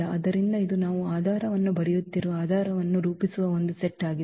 ಆದ್ದರಿಂದ ಇದು ನಾವು ಆಧಾರವನ್ನು ಬರೆಯುತ್ತಿರುವ ಆಧಾರವನ್ನು ರೂಪಿಸುವ ಒಂದು ಸೆಟ್ ಆಗಿದೆ